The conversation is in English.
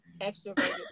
extroverted